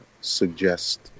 suggest